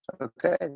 Okay